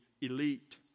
elite